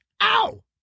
Ow